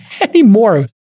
anymore